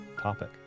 topic